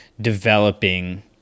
developing